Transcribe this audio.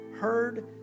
heard